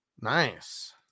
Nice